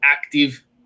active